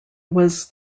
was